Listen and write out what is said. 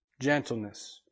Gentleness